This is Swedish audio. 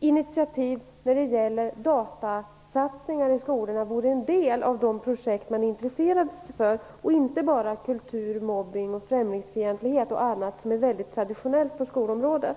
initiativ när det gäller datasatsningar i skolorna vore en del av de projekt man intresserade sig för så att det inte bara gällde kultur, mobbning, främlingsfientlighet och annat som är väldigt traditionellt på skolområdet.